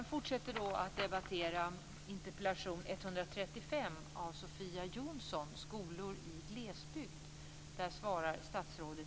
Vi borde då också ta reda på om de får det.